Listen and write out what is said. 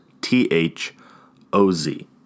T-H-O-Z